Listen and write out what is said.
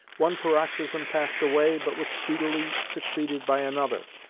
one paroxysm passed away, but was speedily succeeded by another,